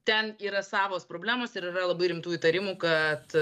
ten yra savos problemos ir yra labai rimtų įtarimų kad